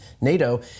NATO